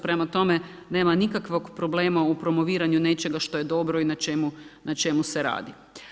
Prema tome, nema nikakvog problema u promoviranju nečega što je dobro i na čemu se radi.